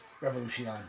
Revolution